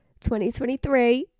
2023